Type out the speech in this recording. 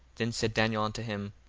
then said daniel unto him,